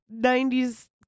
90s